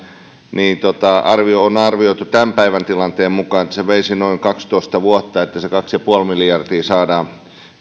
niin on arvioitu tämän päivän tilanteen mukaan että se veisi noin kaksitoista vuotta että se kaksi pilkku viisi miljardia saadaan